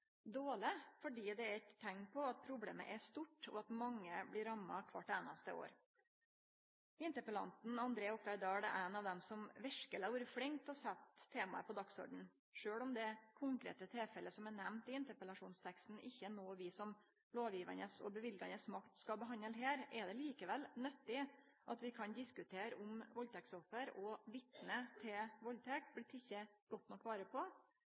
dårleg fordi det er eit teikn på at problemet er stort, og at mange blir ramma kvart einaste år. Interpellanten André Oktay Dahl er ein av dei som verkeleg har vore flink til å setje temaet på dagsordenen. Sjølv om det konkrete tilfellet som er nemnt i interpellasjonsteksten, ikkje er noko vi som lovgjevarar og løyvingsmakt skal behandle her, er det likevel nyttig at vi kan diskutere om valdtektsoffer og vitne til valdtekt blir tekne godt nok vare på,